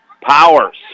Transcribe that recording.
Powers